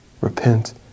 Repent